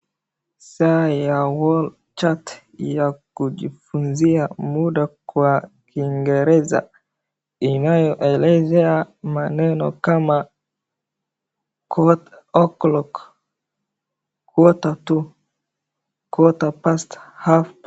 Saa ya wall chart ya kujifunzia muda kwa kingereza inayoeleza maneno kama quarter o'clock, quarter to, quarter past, half past .